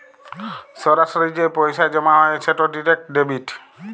সরাসরি যে পইসা জমা হ্যয় সেট ডিরেক্ট ডেবিট